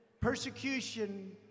persecution